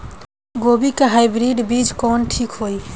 गोभी के हाईब्रिड बीज कवन ठीक होई?